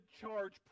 charge